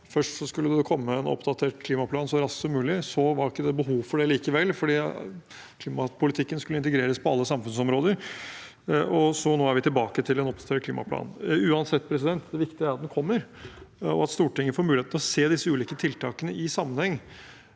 Først skulle det komme en oppdatert klimaplan så raskt som mulig, så var det ikke behov for det likevel, fordi klimapolitikken skulle integreres på alle samfunnsområder, og nå er vi tilbake til en oppdatert klimaplan. Det viktige er uansett at den kommer, og at Stortinget får mulighet til å se disse ulike tiltakene i sammenheng.